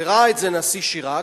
וראה את זה הנשיא שיראק,